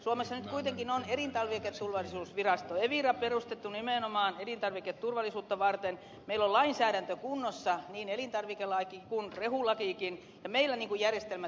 suomessa nyt kuitenkin on elintarviketurvallisuusvirasto evira perustettu nimenomaan elintarviketurvallisuutta varten meillä on lainsäädäntö kunnossa niin elintarvikelaki kuin rehulakikin ja meillä järjestelmät toimivat